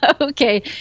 Okay